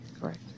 correct